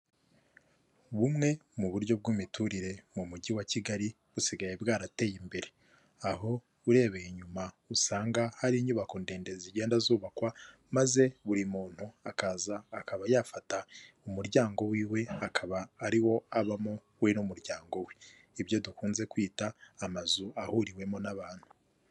Bumwe mu buryo bw'imiturire mu mujyi wa Kigali busigaye bwarateye imbere, aho urebeye inyuma usanga hari inyubako ndende zigenda zubakwa maze buri muntu akaza akaba yafata umuryango wiwe akaba ari wo abamo we n'umuryango we ibyo dukunze kwita amazu ahuriwemo n'abantu.